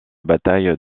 bataille